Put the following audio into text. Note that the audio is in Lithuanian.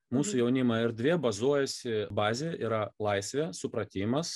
mūsų jaunimo erdvė bazuojasi bazė yra laisvė supratimas